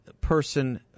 person